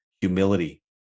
humility